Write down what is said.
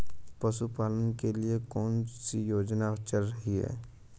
पशुपालन के लिए कौन सी योजना चल रही है?